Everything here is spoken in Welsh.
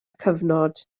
cyfnod